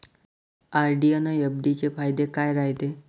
RD अन FD चे फायदे काय रायते?